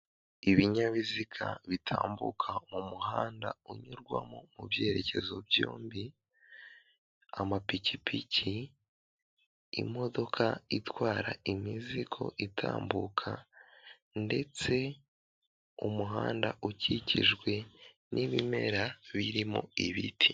Ibinyabiziga bitambuka mu muhanda unyurwamo mu byerekezo byombi, amapikipiki imodoka itwara imizigo itambuka, ndetse umuhanda ukikijwe n'ibimera birimo ibiti.